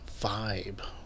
vibe